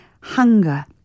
hunger